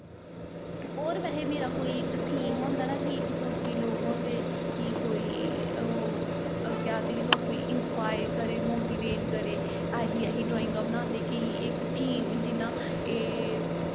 होर बैहे मेरा कोई इक थीम होंदा ना कि इक सोची लोग होंदे कि कोई ओह् केह् आखदे कि लोकें गी इंस्पायर करे मोटिवेट करे ऐसी ऐसी ड्राईंगां बनांदे कि इक थीम जियां एह्